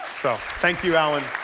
so thank you, allan